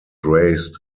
raised